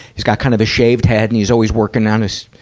he's got kind of a shaved head, and he's always working on his,